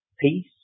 peace